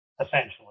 essentially